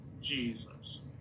Jesus